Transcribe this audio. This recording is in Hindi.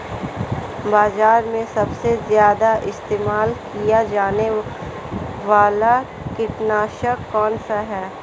बाज़ार में सबसे ज़्यादा इस्तेमाल किया जाने वाला कीटनाशक कौनसा है?